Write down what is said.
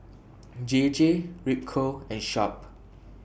J J Ripcurl and Sharp